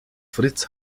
fritz